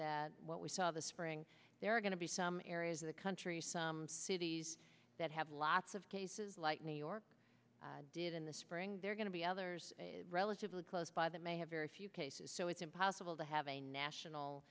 that what we saw this spring there are going to be some areas of the country cities that have lots of cases like new york did in the spring they're going to be others relatively close by that may have very few cases so it's impossible to have a national